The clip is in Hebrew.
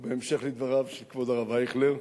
בהמשך לדבריו של כבוד הרב אייכלר,